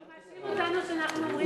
אבל הוא מאשים אותנו שאנחנו אומרים,